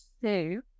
two